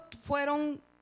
fueron